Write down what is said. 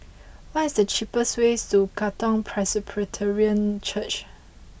what is the cheapest way to Katong Presbyterian Church